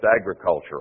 agricultural